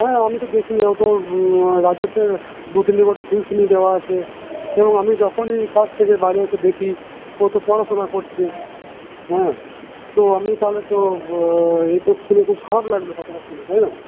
হ্যাঁ আমি তো দেখি ও তো রাজেশের দু তিনটে করে টিউশনি দেওয়া আছে এবং আমি যখনই কাজ থেকে বাড়ি এসে দেখি ও তো পড়াশোনা করছে হ্যাঁ তো আমি তাহলে তো এসব শুনে খুব খারাপ লাগল কথাটা শুনে তাই না